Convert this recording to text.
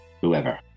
whoever